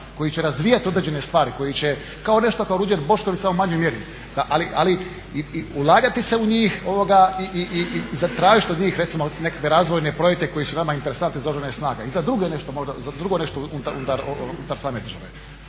koji će razvijati određene stvari, koji će nešto kao Ruđer Bošković, samo u manjoj mjeri, ali i ulagati se u njih i zatražiti od njih recimo nekakve razvojne projekte koji su nama interesantni za Oružane snage, i za drugo nešto unutar same